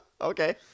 Okay